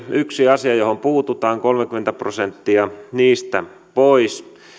yksi asia johon puututaan kolmekymmentä prosenttia niistä pois